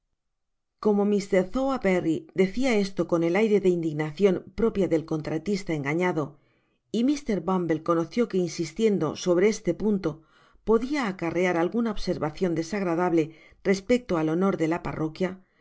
como mr sowerberry decia esto con el aire de indignacion propia del contratista engañado y mr bumble conoció que insistiendo sobre este punto podia acarrear alguna observacion desagradable respecto el honor de la parroquia